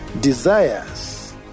desires